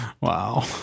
Wow